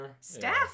staff